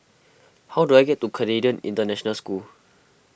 how do I get to Canadian International School